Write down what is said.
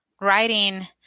writing